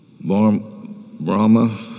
Brahma